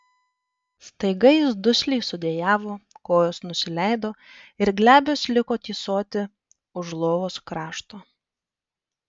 staiga ji dusliai sudejavo kojos nusileido ir glebios liko tysoti už lovos krašto